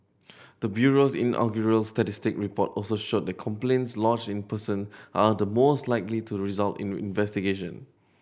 the bureau's inaugural statistics report also showed that complaints lodged in person are the most likely to result in investigation